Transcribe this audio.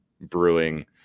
brewing